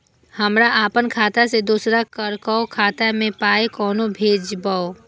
हमरा आपन खाता से दोसर ककरो खाता मे पाय कोना भेजबै?